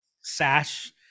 sash